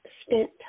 spent